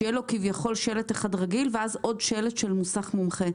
שיהיה לו כביכול שלט אחד רגיל ואז עוד שלט של מוסך מומחה.